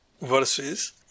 verses